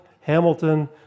Hamilton